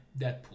Deadpool